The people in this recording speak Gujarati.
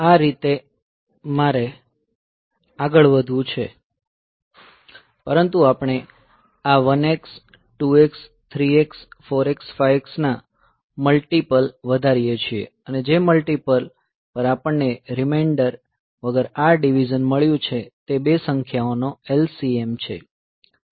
આ રીતે મારે આગળ વધવું છે પરંતુ આપણે આ 1 x 2 x 3 x 4 x 5 x ના મલ્ટીપલ વધારીએ છીએ અને જે મલ્ટીપલ પર આપણને રીમેંન્ડર વગર આ ડીવીઝન મળ્યું છે તે બે સંખ્યાઓનો LCM છે